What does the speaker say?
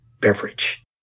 beverage